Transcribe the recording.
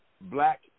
Black